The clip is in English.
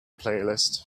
playlist